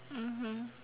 mmhmm